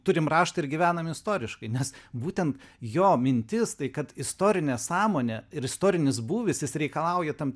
turim raštą ir gyvenam istoriškai nes būtent jo mintis tai kad istorinė sąmonė ir istorinis būvis jis reikalauja tam